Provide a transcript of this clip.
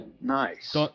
Nice